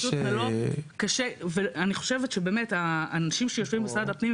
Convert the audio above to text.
אני חושבת שבאמת האנשים שיושבים במשרד הפנים,